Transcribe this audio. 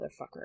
motherfucker